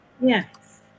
yes